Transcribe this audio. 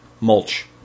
Mulch